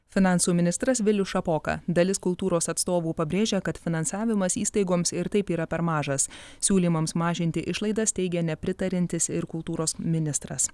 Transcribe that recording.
finansų ministras vilius šapoka dalis kultūros atstovų pabrėžia kad finansavimas įstaigoms ir taip yra per mažas siūlymams mažinti išlaidas teigia nepritariantis ir kultūros ministras